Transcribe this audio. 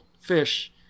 fish